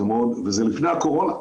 וזה לפני הקורונה.